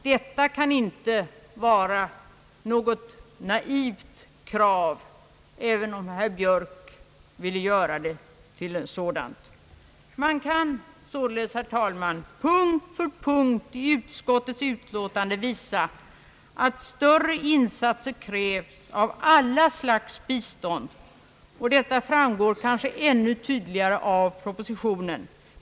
Detta kan inte vara något »naivt krav», även om herr Björk ville hävda en sådan uppfattning. Man kan således, herr talman, på punkt efter punkt i utskottets utlåtande visa att större insatser krävs av alla slags bistånd, och detta framgår kanske ännu tydligare av propositionen.